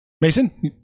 mason